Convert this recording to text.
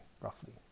roughly